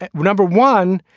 and number one,